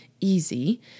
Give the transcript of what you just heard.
easy